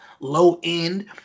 low-end